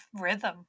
rhythm